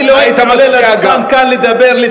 גם קל לדבר,